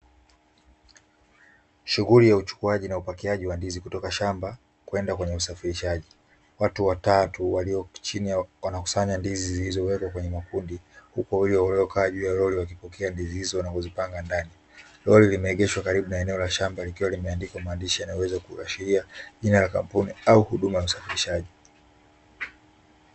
Shughuli ya uchukuaji na upakiaji wa ndizi kutoka shamba kwenda kwenye usafirishaji, watu watatu walioko chini wana kusanya ndizi zilizo wekwa kwenye makundi, uku wawili walio kaa juu ya roli wakipokea ndizi hizo na kuzipanga ndani, roli limeegeshwa Karibu na eneo shamba likiwa limeandikwa maandishi yanayo weza kuashiria jina la kampuni au huduma ya usafirishaji.